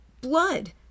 blood